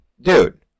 dude